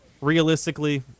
realistically